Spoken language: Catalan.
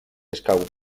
escau